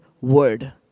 Word